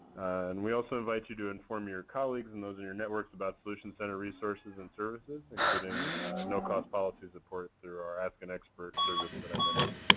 and we also invite you to inform your colleagues and those in your networks about solutions center resources and services, including no-cost policy support through our ask an expert service that i mentioned.